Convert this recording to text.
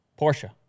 Porsche